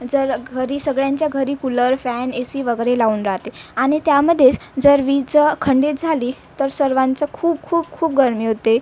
जर घरी सगळ्यांच्या घरी कूलर फॅन ए सी वगैरे लावून राते आणि त्यामध्येस जर वीज खंडित झाली तर सर्वांचं खूप खूप खूप गरमी होते